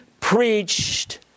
preached